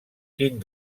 quin